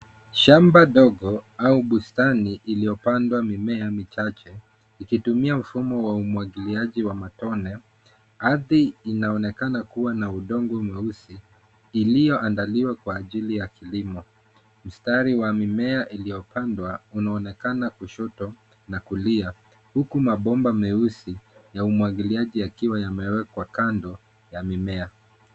Shamba ndogo au bustani iliyopandwa mimea michache, ikitumia mfumo wa umwagiliaji wa matone. Ardhi inaonekana kua na udongo mweusi, iliyoandaliwa kwa ajili ya kilimo. Mstari wa mimea iliyopandwa, unaonekana kushoto na kulia, huku mabomba meusi ya umwagiliaji yakiwa yamewekwa kando ya mimea.